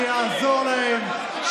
שיעזור להם,